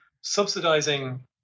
subsidizing